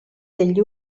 degli